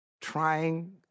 trying